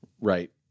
Right